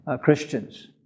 Christians